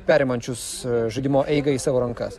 perimančius žaidimo eigą į savo rankas